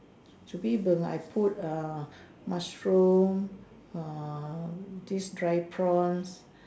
chu-bee-png I put err mushroom err this dry prawns